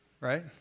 right